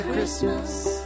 Christmas